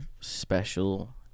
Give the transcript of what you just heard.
special